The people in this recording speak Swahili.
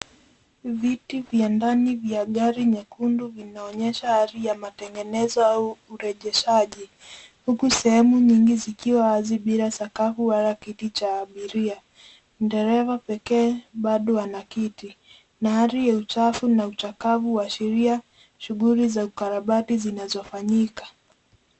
Viti vya ndani vya gari nyekundu vinaonyesha hali ya matengenezo au urejeshaji huku sehemu nyingi zikiwa bila sakafu wala kiti cha abiria. Dereva pekee bado ana kiti na hali ya uchafu na uchakavu huashiria shughuli za ukarabati zinazofanyika.